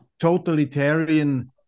totalitarian